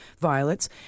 violets